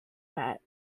bat